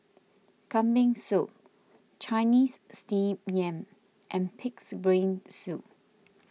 Kambing Soup Chinese Steamed Yam and Pig's Brain Soup